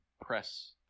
press